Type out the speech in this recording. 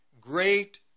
great